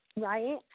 right